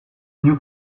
new